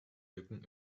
lücken